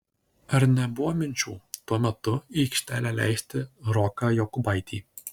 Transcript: ar nebuvo minčių tuo metu į aikštelę leisti roką jokubaitį